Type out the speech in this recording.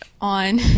on